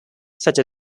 such